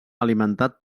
alimentat